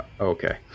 okay